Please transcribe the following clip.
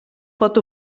pot